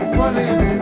running